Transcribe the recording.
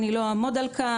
אני לא אעמוד על כך,